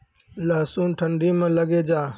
लहसुन ठंडी मे लगे जा?